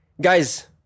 guys